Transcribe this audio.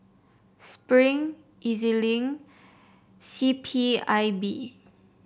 Spring E Z Link and C P I B